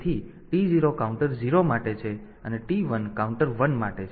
તેથી T0 counter 0 માટે છે અને T1 કાઉન્ટર વન માટે છે